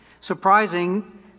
Surprising